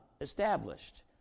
established